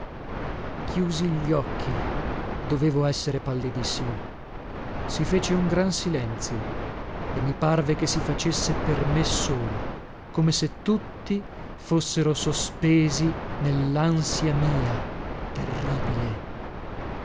chiusi gli occhi dovevo essere pallidissimo si fece un gran silenzio e mi parve che si facesse per me solo come se tutti fossero sospesi nellansia mia terribile